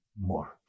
more